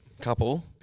couple